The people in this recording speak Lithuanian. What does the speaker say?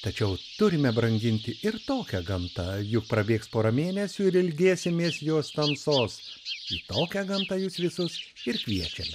tačiau turime branginti ir tokią gamtą juk prabėgs pora mėnesių ir ilgėsimės jos tamsos į tokią gamtą jus visus ir kviečiame